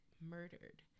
murdered